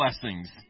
blessings